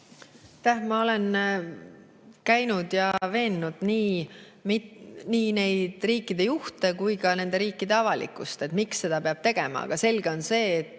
Ma olen käinud ja veennud nii riikide juhte kui ka nende riikide avalikkust selles, miks seda peab tegema. Aga selge on see, et